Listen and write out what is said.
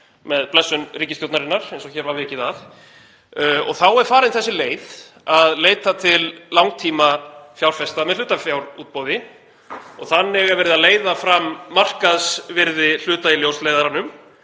með blessun ríkisstjórnarinnar eins og hér var vikið að. Þá er farin sú leið að leita til langtímafjárfesta með hlutafjárútboði og þannig er verið að leiða fram markaðsvirði hluta í Ljósleiðaranum.